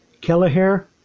Kelleher